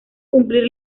cumplir